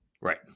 Right